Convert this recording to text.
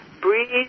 breathe